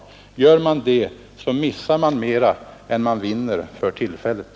Gör man det missar man långsiktigt mera än man möjligen vinner för tillfället.